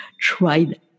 tried